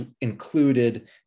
included